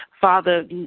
father